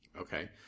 Okay